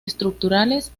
estructurales